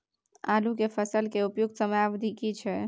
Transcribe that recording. आलू के फसल के उपयुक्त समयावधि की छै?